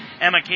Emma